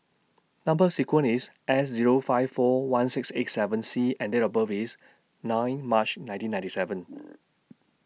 Number sequence IS S Zero five four one six eight seven C and Date of birth IS nine March nineteen ninety seven